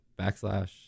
backslash